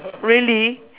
really